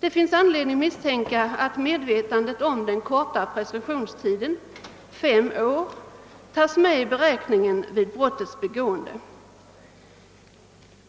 Det finns anledning att misstänka att medvetandet om den korta preskriptionstiden — fem år — tas med i beräkningen vid brottets begående.